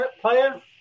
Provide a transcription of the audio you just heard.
Player